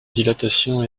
dilatation